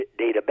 database